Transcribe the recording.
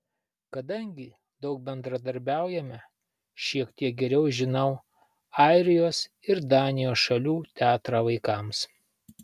kadangi daug bendradarbiaujame šiek tiek geriau žinau airijos ir danijos šalių teatrą vaikams